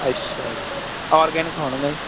ਅੱਛਾ ਜੀ ਔਰਗੈਨਿਕ